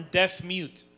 deaf-mute